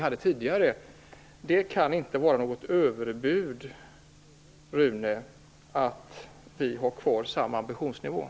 Att vi skall ha kvar samma ambitionsnivå, Rune Evensson, kan väl inte vara ett överbud.